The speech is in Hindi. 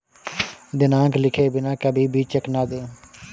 दिनांक लिखे बिना कभी भी चेक न दें